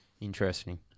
Interesting